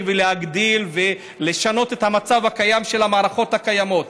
ולהגדיל ולשנות את המצב הקיים של המערכות הקיימות.